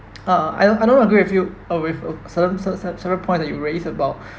uh I don't I don't agree with you uh with uh certain certain certain point that you raised about